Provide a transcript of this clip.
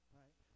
right